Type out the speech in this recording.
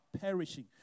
perishing